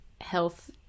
health